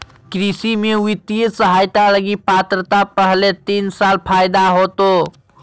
कृषि में वित्तीय सहायता लगी पात्रता पहले तीन साल फ़ायदा होतो